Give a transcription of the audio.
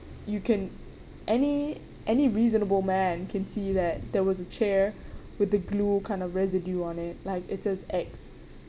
you can any any reasonable man can see that that was a chair with the glue kind of residue on it like it says X